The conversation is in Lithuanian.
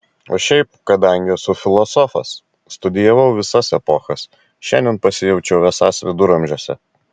o šiaip kadangi esu filosofas studijavau visas epochas šiandien pasijaučiau esąs viduramžiuose